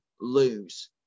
lose